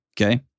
okay